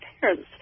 parent's